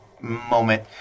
moment